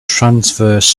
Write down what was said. transverse